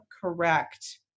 correct